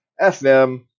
FM